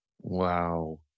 Wow